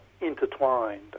intertwined